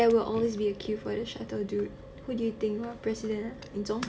there will always be a queue for the shuttle dude who do you think you are president ah 你总统 ah